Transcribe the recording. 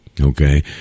Okay